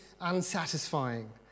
unsatisfying